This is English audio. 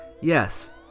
Yes